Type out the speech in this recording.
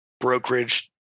brokerage